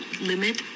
limit